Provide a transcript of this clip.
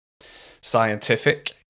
scientific